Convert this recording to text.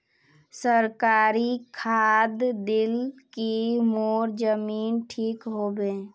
सरकारी खाद दिल की मोर जमीन ठीक होबे?